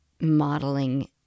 modeling